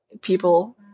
people